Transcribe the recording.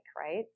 right